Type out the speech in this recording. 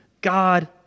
God